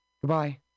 Goodbye